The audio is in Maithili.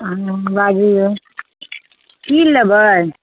बाजियौ की लेबै